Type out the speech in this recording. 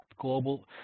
global